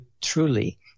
truly